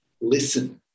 Listen